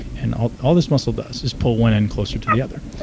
and all all this muscle does is pull one end closer to the other.